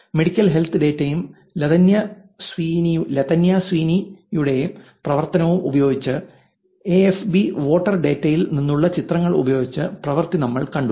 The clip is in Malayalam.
മെഡിക്കൽ ഹെൽത്ത് ഡാറ്റയും ലതന്യ സ്വീനിയുടെ Latanya Sweeneys പ്രവർത്തനവും ഉപയോഗിച്ച് എഫ്ബി വോട്ടർ ഡാറ്റയിൽ നിന്നുള്ള ചിത്രങ്ങൾ ഉപയോഗിച്ച് പ്രവൃത്തി നമ്മൾ കണ്ടു